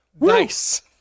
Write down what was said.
nice